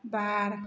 बार